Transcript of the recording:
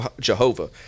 Jehovah